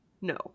no